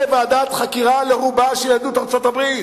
ועדת חקירה לרובה של יהדות ארצות-הברית.